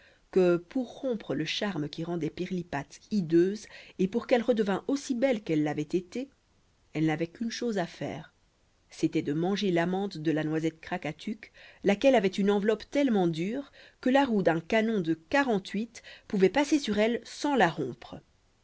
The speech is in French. que pour rompre le charme qui rendait pirlipate hideuse et pour qu'elle redevînt aussi belle qu'elle l'avait été elle n'avait qu'une chose à faire c'était de manger l'amande de la noisette krakatuk laquelle avait une enveloppe tellement dure que la roue d'un canon de quarante-huit pouvait passer sur elle sans la rompre